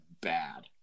bad